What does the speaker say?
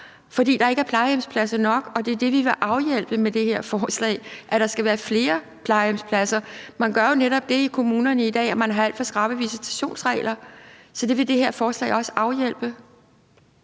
fordi der ikke er plejehjemspladser nok, og det er det, vi vil afhjælpe med det her forslag. Der skal være flere plejehjemspladser. Man har jo netop i kommunerne i dag alt for skrappe visitationsregler. Det vil det her forslag også afhjælpe.